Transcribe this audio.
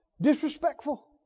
disrespectful